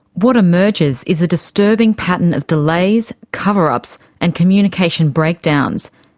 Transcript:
what emerges is a disturbing pattern of delays, cover-ups and communication breakdowns,